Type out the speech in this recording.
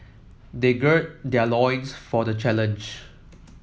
they gird their loins for the challenge